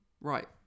Right